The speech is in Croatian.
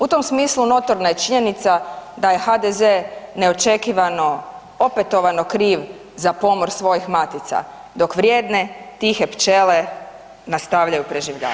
U tom smislu notorna je činjenica da je HDZ neočekivano opetovano kriv za pomor svojih matica, dok vrijedne tihe pčele nastavljaju preživljavati.